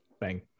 Bang